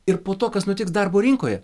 ir po to kas nutiks darbo rinkoje